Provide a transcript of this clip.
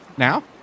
now